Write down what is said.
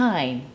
Time